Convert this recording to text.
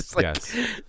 Yes